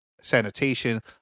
sanitation